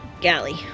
Galley